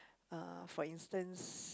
uh for instance